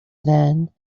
then